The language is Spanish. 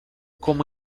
como